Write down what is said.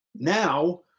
Now